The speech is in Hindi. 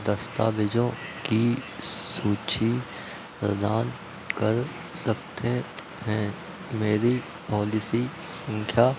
दस्तावेज़ों की सूची प्रदान कर सकते हैं मेरी पॉलिसी संख्या